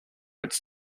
its